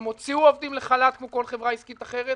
הן הוציאו עובדים לחל"ת כמו כל חברה עסקית אחרת.